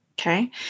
Okay